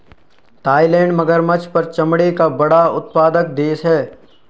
Thailand मगरमच्छ पर चमड़े का बड़ा उत्पादक देश है